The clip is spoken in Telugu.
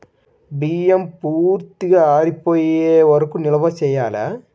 బియ్యం పూర్తిగా ఆరిపోయే వరకు నిల్వ చేయాలా?